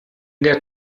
der